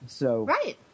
Right